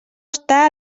està